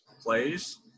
plays